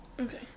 okay